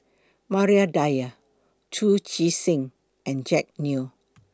Maria Dyer Chu Chee Seng and Jack Neo